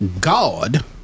God